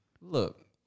Look